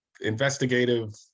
investigative